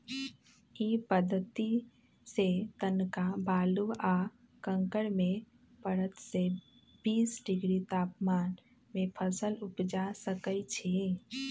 इ पद्धतिसे तनका बालू आ कंकरमें पंडह से बीस डिग्री तापमान में फसल उपजा सकइछि